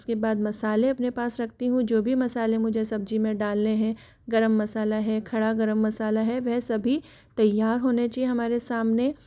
उसके बाद मसाले अपने पास रखती हूँ जो भी मसाले मुझे सब्जी मे डालने हैं गरम मसाला है खड़ा गरम मसाला है वह सभी तैयार होने चहिए हमारे सामने